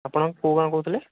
ଆପଣ କୋଉ ଗାଁ କହୁଥିଲେ